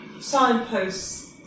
signposts